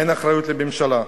אין אחריות לממשלה.